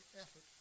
effort